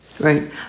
Right